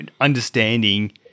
Understanding